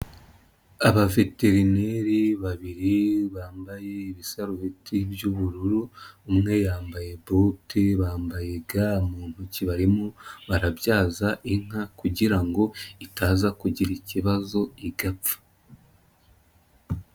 Abaveterineri babiri bambaye ibisarubeti by'ubururu, umwe yambaye bote, bambaye ga mu ntoki barimo barabyaza inka kugira ngo itaza kugira ikibazo igapfa.